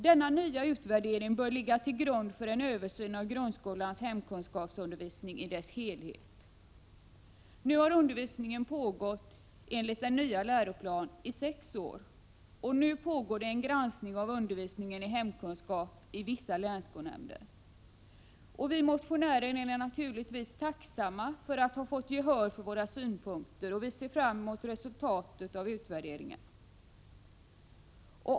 Denna nya utvärdering bör ligga till grund för en översyn av grundskolans hemkunskapsundervisning i dess helhet.” Nu har undervisningen enligt den nya läroplanen pågått i sex år och det pågår nu en granskning av undervisningen i hemkunskap i vissa länsskolnämnder. Vi motionärer är naturligtvis tacksamma för att ha fått gehör för våra synpunkter och ser fram emot resultatet av utvärderingen.